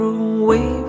away